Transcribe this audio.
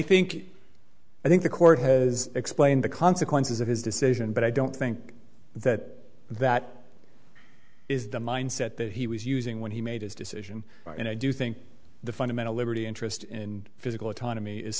think i think the court has explained the consequences of his decision but i don't think that that is the mind set that he was using when he made his decision and i do think the fundamental liberty interest in physical autonomy is